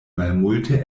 malmulte